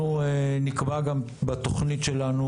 אנחנו נקבע גם בתוכנית שלנו,